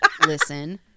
listen